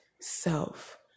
self